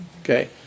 Okay